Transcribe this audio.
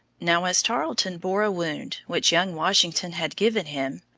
now, as tarleton bore a wound which young washington had given him,